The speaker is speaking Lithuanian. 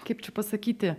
kaip čia pasakyti